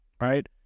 right